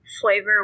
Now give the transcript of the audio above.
flavor